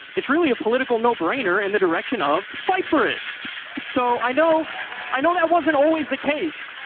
it's really a political no brainer in the direction of fight for it so i know i know that wasn't always the case.